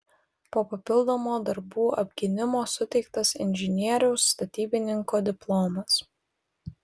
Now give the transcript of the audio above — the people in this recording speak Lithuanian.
po papildomo darbų apgynimo suteiktas inžinieriaus statybininko diplomas